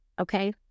Okay